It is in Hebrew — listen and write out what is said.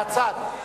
מהצד,